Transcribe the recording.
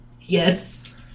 yes